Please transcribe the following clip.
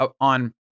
on